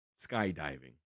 skydiving